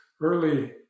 early